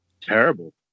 Terrible